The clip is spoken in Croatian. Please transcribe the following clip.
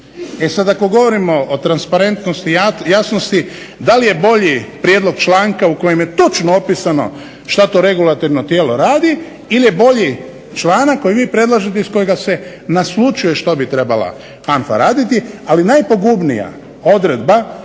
E sad ako govorimo o transparentnosti, jasnosti, da li je bolji prijedlog članka u kojem je točno opisano šta to regulativno tijelo radi ili je bolji članak koji vi predlažete, iz kojega se naslućuje što bi trebala HANFA raditi. Ali najpogubnija odredba